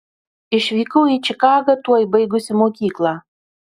išvykau į čikagą tuoj baigusi mokyklą